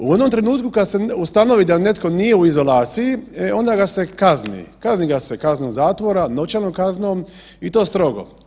U onom trenutku kad se ustanovi da netko nije u izolaciji, e onda ga kazni, kazni ga se kaznom zatvora, novčanom kaznom i to strogo.